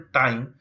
time